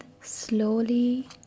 slowly